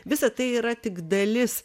visa tai yra tik dalis